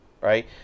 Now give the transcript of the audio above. Right